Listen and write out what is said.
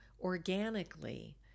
organically